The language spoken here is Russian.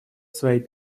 своих